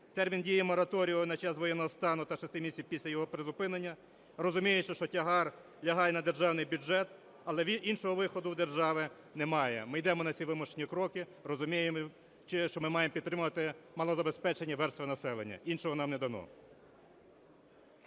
Термін дії мораторію на час воєнного стану та 6 місяців після його призупинення, розуміючи, що тягар лягає на державний бюджет, але іншого виходу в держави немає. Ми йдемо на ці вимушені кроки, розуміючи, що ми маємо підтримувати малозабезпечені верстви населення. Іншого нам не дано.